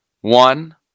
one